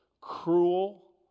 cruel